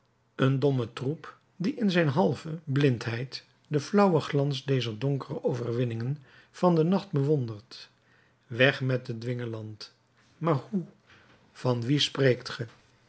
een domme troep die in zijn halve blindheid den flauwen glans dezer donkere overwinningen van den nacht bewondert weg met den dwingeland maar hoe van wien spreekt ge